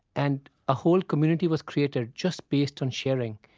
and a whole community was created just based on sharing.